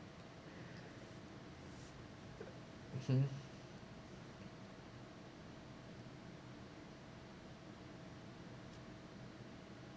mmhmm